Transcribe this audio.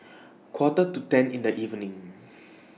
Quarter to ten in The evening